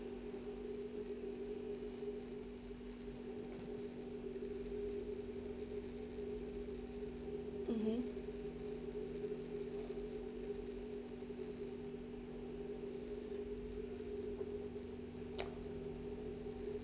mmhmm